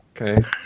Okay